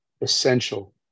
essential